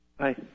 Hi